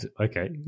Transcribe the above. Okay